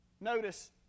Notice